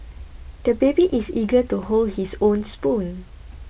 the baby is eager to hold his own spoon